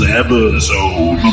episode